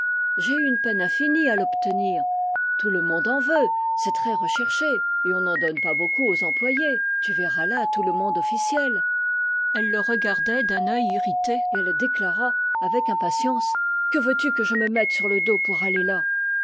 j'ai eu une peine infinie à l'obtenir tout le monde en veut c'est très recherché et on n'en donne pas beaucoup aux employés tu verras là tout le monde officiel elle le regardait d'un œil irrité et elle déclara avec impatience que veux-tu que je me mette sur le dos pour aller là